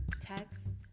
text